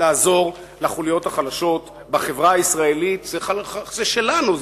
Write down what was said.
לעזור לחוליות החלשות בחברה הישראלית." זה שלנו,